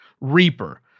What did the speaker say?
Reaper